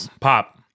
pop